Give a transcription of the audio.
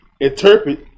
interpret